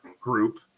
group